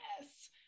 yes